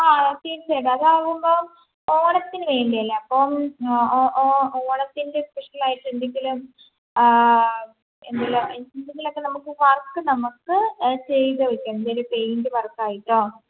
ആ ഓക്കേ അതാകുമ്പോൾ ഓണത്തിന് വേണ്ടിയല്ലേ അപ്പം ഓണത്തിൻ്റെ സ്പെഷ്യൽ ആയിട്ട് എന്തെങ്കിലും എന്തെങ്കിലും എന്തെങ്കിലുമൊക്കെ വർക്ക് നമുക്ക് ചെയ്തു വയ്ക്കാം എന്തെങ്കിലും പെയിൻറ്റ് വർക്ക് ആയിട്ടോ